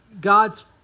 God's